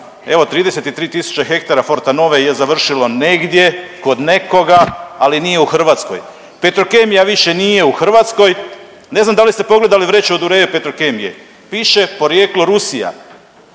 evo 33 tisuće hektara Fortanove je završilo negdje kod nekoga, ali nije u Hrvatskoj. Petrokemija više nije u Hrvatskoj, ne znam da li ste pogledali vreću od uree Petrokemije, piše porijeklo Rusija,